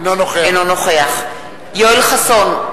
אינו נוכח יואל חסון,